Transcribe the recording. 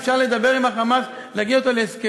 אפשר לדבר עם ה"חמאס", להגיע אתו להסכמים?